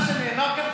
מה שנאמר כאן,